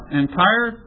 entire